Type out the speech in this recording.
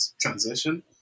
transition